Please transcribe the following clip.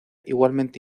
igualmente